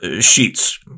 sheets